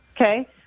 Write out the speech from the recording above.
Okay